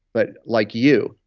but like you,